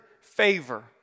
favor